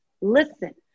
listen